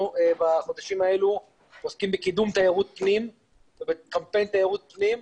בחודשים האלה אנחנו עוסקים בקידום תיירות פנים ובקמפיין תיירות פנים.